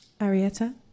arietta